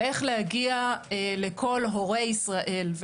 ואיך להגיע לכל הורה ישראל,